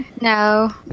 No